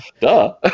duh